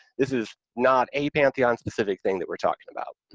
this is not a pantheon-specific thing that we're talking about.